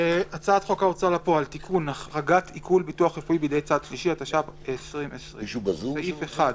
יש מישהו בזום?